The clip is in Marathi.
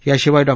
याशिवाय डॉ